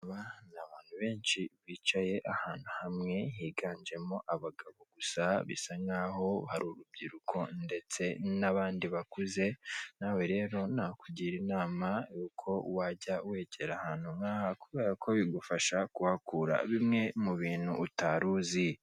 Ni abantu benshi bicaye ahantu hamwe higanjemo abagabo gusa bisa nkaho abenshi ari urubyiruko ndetse n'abandi bakuze. Nawe rero nakugira inama yuko wajya wegera ahantu nk'aha Kubera ko bigufasha kuhakura bimwe mu bintu atari uzi.